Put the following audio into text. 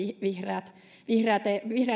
vihreät vihreät